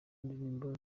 indirimbo